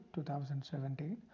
2017